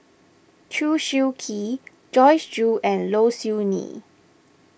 Chew Swee Kee Joyce Jue and Low Siew Nghee